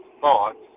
thoughts